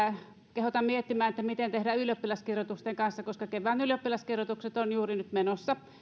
kehotan miettimään miten tehdään ylioppilaskirjoitusten kanssa koska kevään ylioppilaskirjoitukset ovat juuri nyt menossa